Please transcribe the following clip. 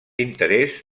interès